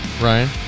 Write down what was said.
Ryan